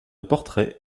portraits